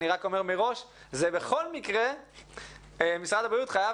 אני רק אומר מראש: זה בכל מקרה תלוי בכך שמשרד הבריאות יוכל